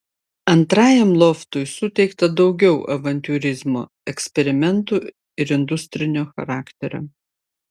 antrajam loftui suteikta daugiau avantiūrizmo eksperimentų ir industrinio charakterio